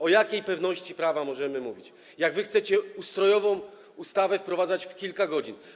O jakiej pewności prawa możemy mówić, jak chcecie ustrojową ustawę wprowadzać w kilka godzin?